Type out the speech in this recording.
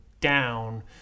down